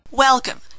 Welcome